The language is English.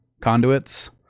conduits